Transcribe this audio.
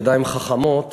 ידיים חכמות